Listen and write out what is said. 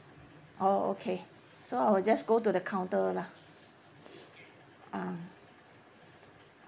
oh okay so I will just go to the counter lah ah